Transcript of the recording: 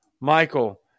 Michael